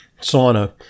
sauna